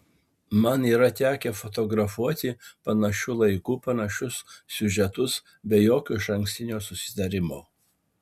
yra tekę fotografuoti panašiu laiku panašius siužetus be jokio išankstinio susitarimo